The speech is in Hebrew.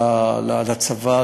לצבא,